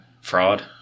fraud